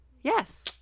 Yes